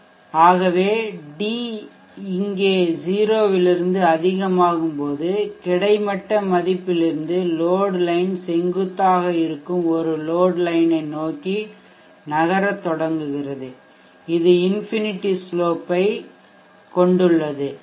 ஆகவே d இங்கே 0 இலிருந்து அதிகமாகும்போது கிடைமட்ட மதிப்பிலிருந்து லோட்லைன் செங்குத்தாக இருக்கும் ஒரு லோட்லைன் நோக்கி நகரத் தொடங்குகிறது இது இன்ஃபினிடடி ஸ்லோப் ஐ எல்லையற்ற சாய்வைக் கொண்டுள்ளது d 1